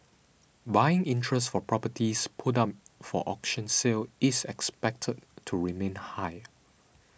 buying interest for properties put up for auction sale is expected to remain high